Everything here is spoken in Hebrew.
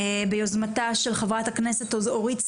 ביוזמתה של חברת הכנסת אורית סטרוק,